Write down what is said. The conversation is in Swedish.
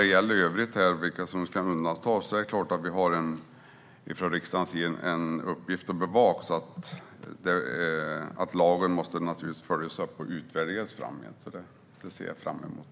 Vad gäller det övriga och vilka som kan undantas har vi såklart en uppgift från riksdagens sida att bevaka detta. Lagen måste naturligtvis följas upp och utvärderas framgent. Det ser jag fram emot.